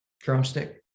Drumstick